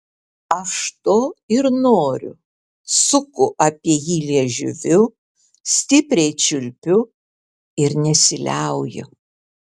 aš to ir noriu suku apie jį liežuviu stipriai čiulpiu ir nesiliauju